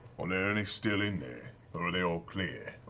um there any still in there? or are they all clear?